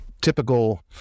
typical